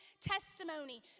testimony